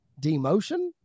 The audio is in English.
demotion